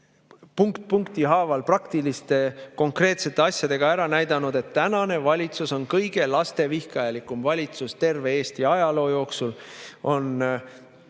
punkt punkti haaval praktiliste konkreetsete asjadega ära näidanud, et tänane valitsus on kõige lastevihkajalikum valitsus terve Eesti ajaloo jooksul.